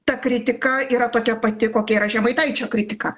ta kritika yra tokia pati kokia yra žemaitaičio kritika